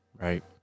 Right